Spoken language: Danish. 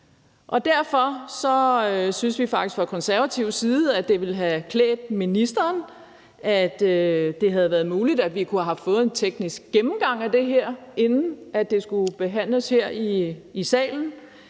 Derfor synes vi faktisk fra Konservatives side, at det ville have klædt ministeren, at det havde været muligt at få en teknisk gennemgang af det her, inden det skulle behandles her i salen.